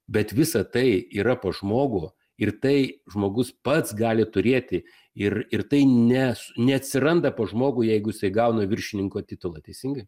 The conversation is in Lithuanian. bet visa tai yra pas žmogų ir tai žmogus pats gali turėti ir ir tai ne neatsiranda pas žmogų jeigu jisai gauna viršininko titulą teisingai